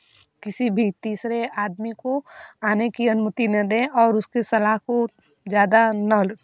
किसी भी तीसरे आदमी को आने की अनुमति न दें और उसके सलाह को ज़्यादा नल